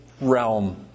realm